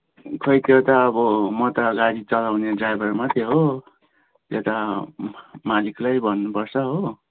खोइ त म गाडी चलाउने ड्राइभर मात्रै हो त्यो त मालिकलाई भन्नुपर्छ हो